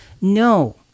No